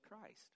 Christ